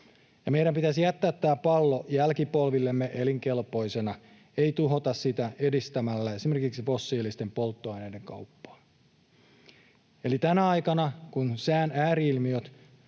Meidän pitäisi jättää tämä pallo jälkipolvillemme elinkelpoisena, ei tuhota sitä edistämällä esimerkiksi fossiilisten polttoaineiden kauppaa. Eli tänä aikana, kun sään ääri-ilmiöt,